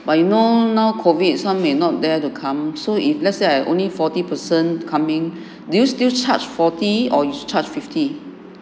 but you know now COVID some may not dare to come so if let's say I only forty person coming do you still charged forty or fifty